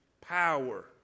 Power